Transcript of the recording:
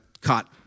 caught